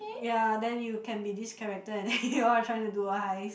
ya then you can be this character and then you wanna try to do a heist